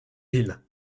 îles